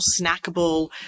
snackable